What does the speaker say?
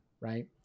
Right